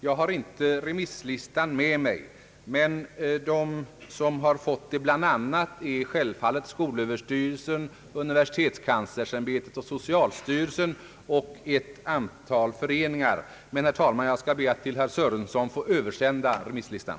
Jag har inte remisslistan med mig, men till dem som har fått den på remiss hör självfallet skolöverstyrelsen, universitetskanslersämbetet, socialstyrelsen och ett antal föreningar. Jag skall översända remisslistan till herr Sörenson.